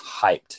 hyped